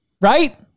Right